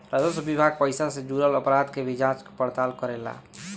राजस्व विभाग पइसा से जुरल अपराध के भी जांच पड़ताल करेला